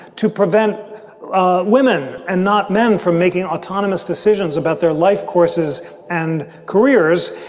to prevent ah women and not men from making autonomous decisions about their life courses and careers.